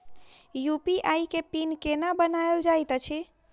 UPI केँ PIN केना बनायल जाइत अछि